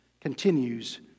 continues